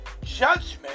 judgment